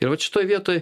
ir vat šitoj vietoj